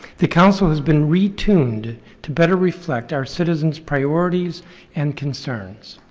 the council has been retuned to better reflect our citizens priorities and concerns.